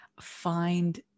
find